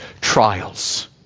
trials